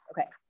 Okay